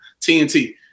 TNT